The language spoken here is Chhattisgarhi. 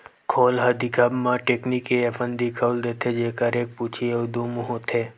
खोल ह दिखब म टेकनी के असन दिखउल देथे, जेखर एक पूछी अउ दू मुहूँ होथे